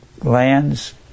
lands